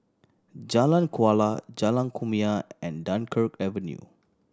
Jalan Kuala Jalan Kumia and Dunkirk Avenue